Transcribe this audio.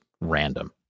Random